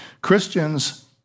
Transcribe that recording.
Christians